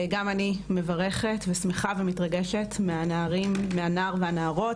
גם אני מברכת, שמחה ומתרגשת מהנערים ומהנערות,